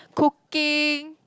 cooking